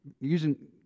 using